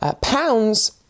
pounds